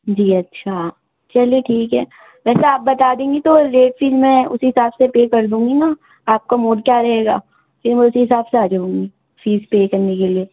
جی اچھا چلے ٹھیک ہے ویسا آپ بتا دیں گی تو لیٹ فیس میں اسی حساب سے پے کر دوں گی نا آپ کا موڈ کیا رہے گا پھر میں اسی حساب سے آ جاؤں گی فیس پے کرنے کے لیے